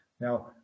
Now